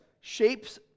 shapes